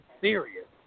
serious